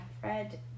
fred